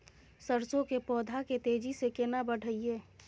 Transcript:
सरसो के पौधा के तेजी से केना बढईये?